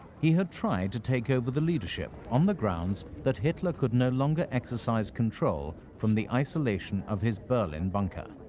he had tried to take over the leadership on the grounds that hitler could no longer exercise control from the isolation of his berlin bunker.